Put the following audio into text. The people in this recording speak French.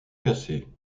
cassée